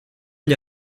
gli